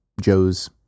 Joe's